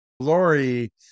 lori